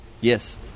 Yes